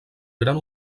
gran